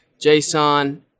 JSON